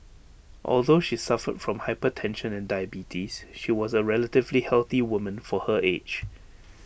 although she suffered from hypertension and diabetes she was A relatively healthy woman for her age